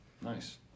nice